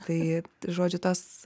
tai žodžiu tos